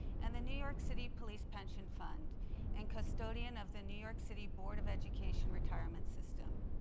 and the new york city police pension fund and custodian of the new york city board of education retirement system.